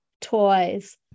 toys